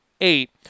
eight